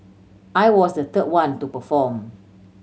I was the third one to perform